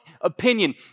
opinion